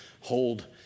hold